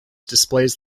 displays